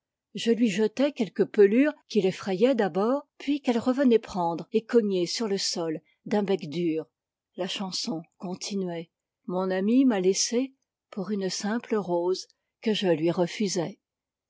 je lui jetais quelques pelures qui l'effrayaient d'abord puis qu'elle revenait prendre et cogner sur le sol d'un bec dur la chanson continuait mon ami m'a laissé pour une simple rose que je lui refusai